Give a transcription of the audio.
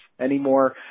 anymore